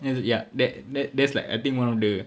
nata~ ya that that that's like I think one of the